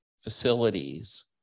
facilities